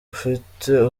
ufite